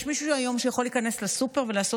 יש מישהו היום שיכול להיכנס לסופר ולעשות